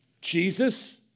Jesus